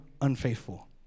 unfaithful